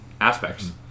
aspects